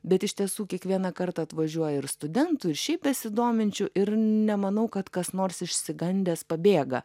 bet iš tiesų kiekvieną kartą atvažiuoja ir studentų ir šiaip besidominčių ir nemanau kad kas nors išsigandęs pabėga